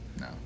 no